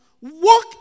Walk